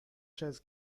chess